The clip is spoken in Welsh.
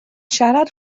siarad